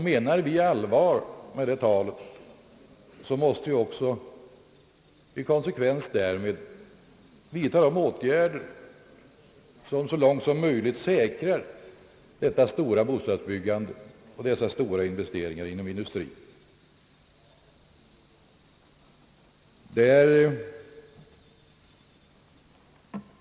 Menar vi allvar med det talet, måste vi i konsekvens därmed också vidtaga de åtgärder vilka så långt som möjligt säkrar detta stora bostadsbyggande och dessa stora investeringar inom industrien.